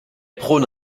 prône